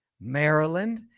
Maryland